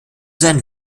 seinem